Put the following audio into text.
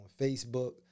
Facebook